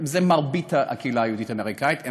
ומרבית הקהילה היהודית האמריקנית היא